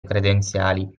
credenziali